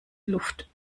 luft